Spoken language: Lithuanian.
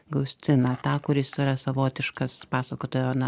gaustiną tą kuris yra savotiškas pasakotojo na